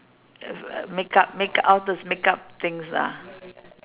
makeup make~ all those makeup things ah